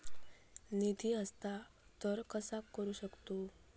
निधी हस्तांतर कसा करू शकतू?